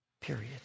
Period